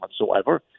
whatsoever